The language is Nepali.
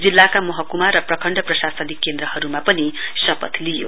जिल्लाका महकुमा र प्रखण्ड प्रशासनकेन्द्रहरुमा पनि शपथ लिइयो